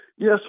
Yes